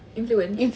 influence